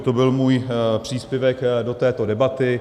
To byl můj příspěvek do této debaty.